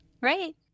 right